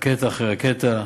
רקטה אחרי רקטה.